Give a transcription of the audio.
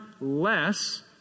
less